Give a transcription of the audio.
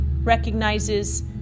recognizes